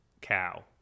cow